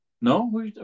No